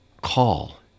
call